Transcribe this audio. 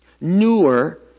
Newer